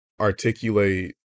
articulate